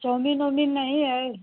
chowmein ओमिन नहीं है